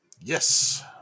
Yes